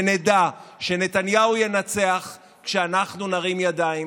ונדע שנתניהו ינצח כשאנחנו נרים ידיים,